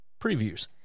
previews